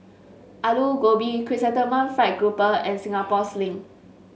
Aloo Gobi Chrysanthemum Fried Grouper and Singapore Sling